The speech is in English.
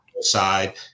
side